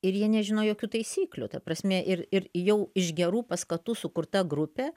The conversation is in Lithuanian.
ir jie nežino jokių taisyklių ta prasme ir jau iš gerų paskatų sukurta grupė